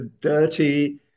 dirty